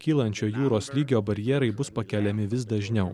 kylančio jūros lygio barjerai bus pakeliami vis dažniau